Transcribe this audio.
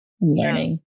learning